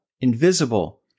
Invisible